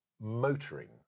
motoring